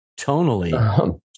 tonally